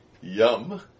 Yum